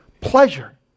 pleasure